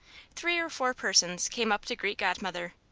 three or four persons came up to greet godmother,